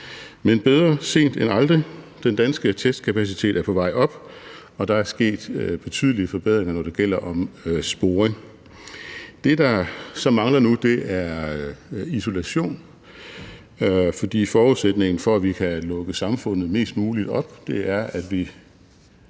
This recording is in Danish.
Men bedre sent end aldrig: Den danske testkapacitet er på vej op, og der er sket betydelige forbedringer, når det gælder sporing. Det, der så mangler nu, er isolation, for forudsætningen for, at vi kan lukke samfundet mest muligt op, er, at vi